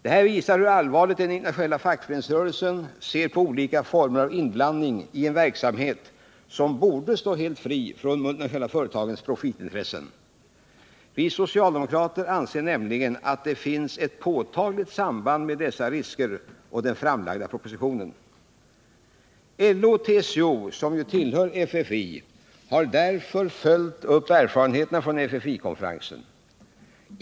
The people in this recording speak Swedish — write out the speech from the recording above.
Detta visar hur allvarligt den internationella fackföreningsrörelsen ser på olika former av inblandning i en verksamhet, som borde stå helt fri från de multinationella företagens profitintresse. Vi socialdemokrater anser nämligen att det finns ett påtagligt samband mellan dessa risker och den framlagda propositionen. LO och TCO, som ju tillhör FFI, har därför följt upp erfarenheterna från FFI-konferensen.